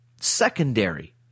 secondary